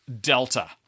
Delta